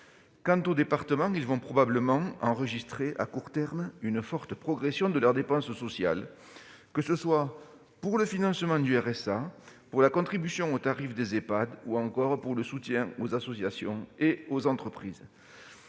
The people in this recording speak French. Quant aux départements, ils vont probablement enregistrer à court terme une forte progression de leurs dépenses sociales, que ce soit pour le financement du revenu de solidarité active (RSA), pour la contribution aux tarifs des Ehpad, ou encore pour le soutien aux associations et aux entreprises.